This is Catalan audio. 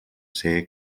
ser